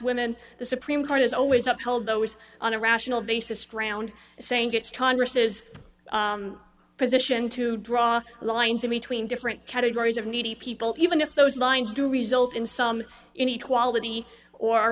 women the supreme court is always up held always on a rational basis ground saying it's congress's position to draw lines in between different categories of needy people even if those lines do result in some inequality or